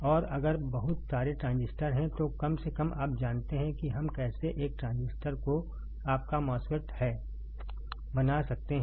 और अगर बहुत सारे ट्रांजिस्टर हैं तो कम से कम आप जानते हैं कि हम कैसे एक ट्रांजिस्टर जो कि आपका MOSFET है बना सकते हैं